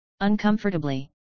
uncomfortably